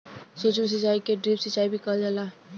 सूक्ष्म सिचाई के ड्रिप सिचाई भी कहल जाला